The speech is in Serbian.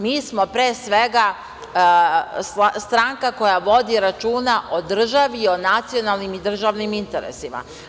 Mi smo, pre svega, stranka koja vodi računa o državi i o nacionalnim i državnim interesima.